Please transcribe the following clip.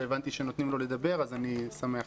הבנתי שנותנים לו לדבר אז אני שמח.